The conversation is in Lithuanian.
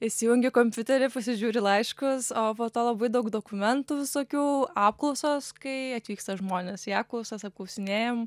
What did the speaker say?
įsijungi kompiuterį pasižiūri laiškus o po to labai daug dokumentų visokių apklausos kai atvyksta žmonės į apklausas apklausinėjam